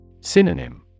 Synonym